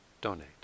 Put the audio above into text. donate